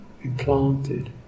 implanted